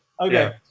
Okay